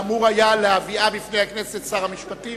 שאמור היה להביאה בפני הכנסת שר המשפטים?